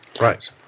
Right